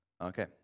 okay